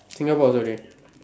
Singapore also dey